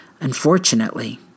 Unfortunately